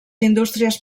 indústries